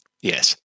Yes